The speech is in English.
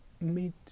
meet